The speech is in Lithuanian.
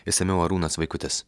išsamiau arūnas vaikutis